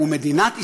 ומדינת ישראל,